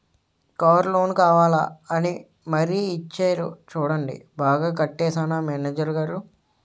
Car loan కావాలా అని మరీ ఇచ్చేరు చూడండి బాగా కట్టేశానా మేనేజరు గారూ?